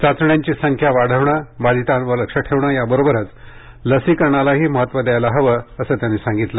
चाचण्यांची संख्या वाढवणे बाधितांवर लक्ष ठेवणे याबरोबरच लसीकरणालाही महत्त्व द्यायला हवे असे त्यांनी सांगितले